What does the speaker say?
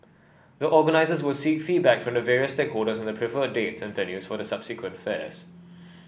the organisers will seek feedback from various stakeholders on the preferred dates and venues for the subsequent fairs